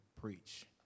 preach